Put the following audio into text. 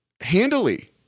handily